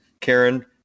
Karen